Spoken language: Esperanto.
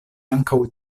ankaŭ